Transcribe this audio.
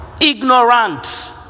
Ignorant